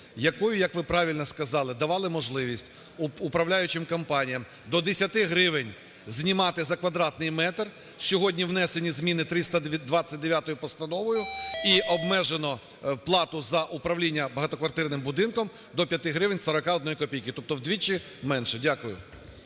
якою, як ви правильно сказали, давали можливості управляючим компаніям до 10 гривень знімати за квадратний метр, сьогодні внесені зміни 329 постановою і обмежено плату за управління багатоквартирним будинком до 5 гривень 41 копійки, тобто вдвічі менше. Дякую.